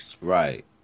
Right